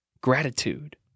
gratitude